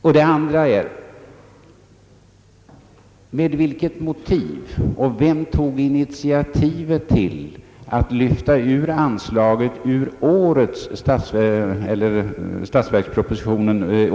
Vidare vill jag fråga med vilket motiv och av vem ini tiativet togs till att lyfta ut anslaget ur årets statsverksproposition.